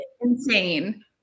insane